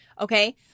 Okay